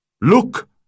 Look